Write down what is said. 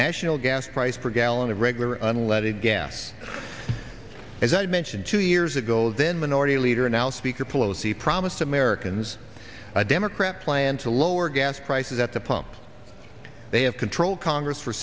national gas price per gallon of regular unleaded gas as i mentioned two years ago then minority leader now speaker pelosi promised americans a democrat plan to lower gas prices at the pump they have controlled congress for